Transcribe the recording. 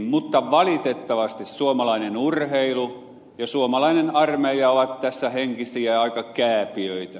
mutta valitettavasti suomalainen urheilu ja suomalainen armeija ovat tässä aika henkisiä kääpiöitä